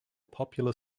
popular